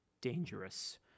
dangerous